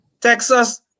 Texas